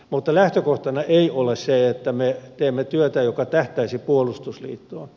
mutta lähtökohtana ei ole se että me teemme työtä joka tähtäisi puolustusliittoon